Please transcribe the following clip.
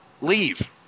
leave